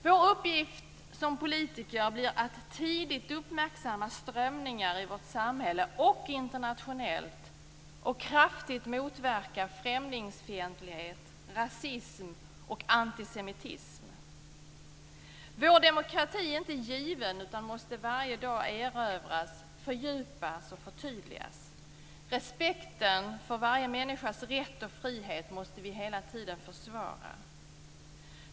Vår uppgift som politiker blir att tidigt uppmärksamma strömningar i vårt samhälle och internationellt och kraftfullt motverka främlingsfientlighet, rasism och antisemitism. Vår demokrati är inte given utan måste varje dag erövras, fördjupas och förtydligas. Respekten för varje människas rätt och frihet måste vi hela tiden försvara.